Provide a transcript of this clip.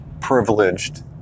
privileged